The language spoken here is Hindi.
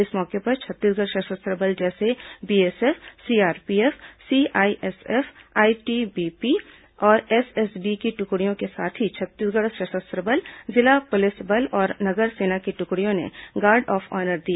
इस मौके पर छत्तीसगढ़ सशस्त्र बल जैसे बीएसएफ सीआरपीएफ सीआईएसएफ आईटीबीपी और एसएसबी की ट्कड़ियों के साथ ही छत्तीसगढ़ सशस्त्र बल जिला पुलिस बल और नगर सेना की टुकड़ियों ने गार्ड ऑफ ऑनर दिया